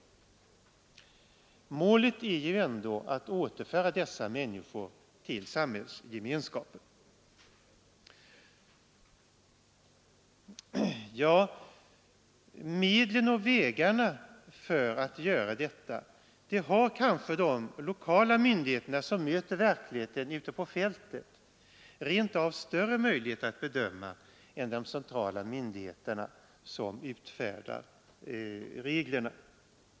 Målet är ju ändå att återföra dessa människor till samhällsgemenskapen. Medlen och vägarna för att göra detta har kanske de lokala myndigheterna, som möter verkligheten ute på fältet, rent av större möjlighet att bedöma än de centrala myndigheterna som utfärdar reglerna.